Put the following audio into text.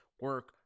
Work